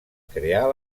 crear